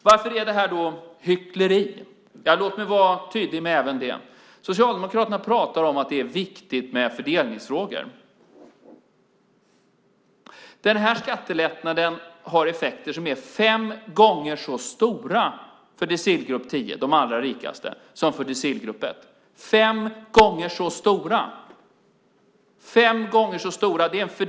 Varför är det hyckleri? Låt mig vara tydlig även med det. Socialdemokraterna talar om att det är viktigt med fördelningsfrågor. Denna skattelättnad har effekter som är fem gånger så stora för decilgrupp 10, de allra rikaste, som för decilgrupp 1. Fem gånger så stora!